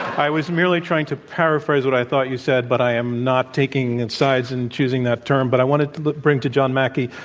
i was merely trying to paraphrase what i thought you said, but i am not taking and sides in choosing that term. but i wanted to but bring it to john mackey,